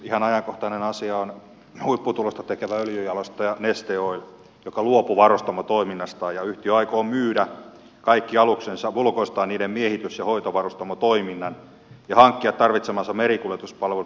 ihan ajankohtainen asia on huipputulosta tekevä öljynjalostaja neste oil joka luopui varustamotoiminnastaan ja yhtiö aikoo myydä kaikki aluksensa ulkoistaa niiden miehitys ja hoitovarustamotoiminnan ja hankkia tarvitsemansa merikuljetuspalvelut jatkossa sopimusjärjestelyin